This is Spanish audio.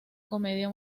comedia